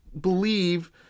believe